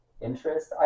interest